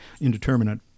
indeterminate